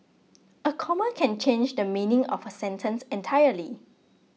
a comma can change the meaning of a sentence entirely